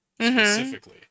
specifically